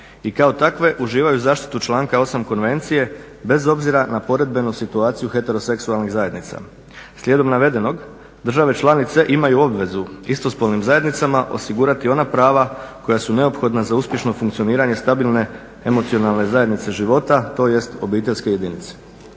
i kao takve uživaju zaštitu članka 8. Konvencije bez obzira na poredbenu situaciju heteroseksualnih zajednica. Slijedom navedenog države članice imaju obvezu istospolnim zajednicama osigurati ona prava koja su neophodna za uspješno funkcioniranje stabilne emocionalne zajednice života, tj. obiteljske jedinice.